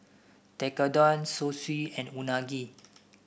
Tekkadon Zosui and Unagi